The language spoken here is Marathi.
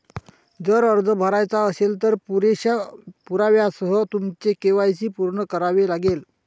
जर अर्ज भरायचा असेल, तर पुरेशा पुराव्यासह तुमचे के.वाय.सी पूर्ण करावे लागेल